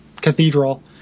cathedral